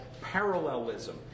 parallelism